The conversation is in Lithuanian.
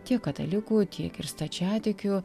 tiek katalikų tiek ir stačiatikių